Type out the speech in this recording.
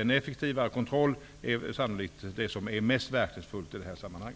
En effektivare kontroll är sannolikt det mest verkningsfulla i detta sammanhang.